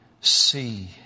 see